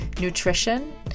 nutrition